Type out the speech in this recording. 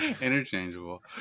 Interchangeable